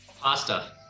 Pasta